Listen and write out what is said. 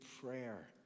prayer